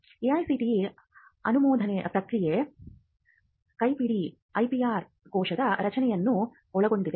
AICTE ಅನುಮೋದನೆ ಪ್ರಕ್ರಿಯೆ ಕೈಪಿಡಿ IPR ಕೋಶದ ರಚನೆಯನ್ನು ಒಳಗೊಂಡಿದೆ